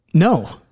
No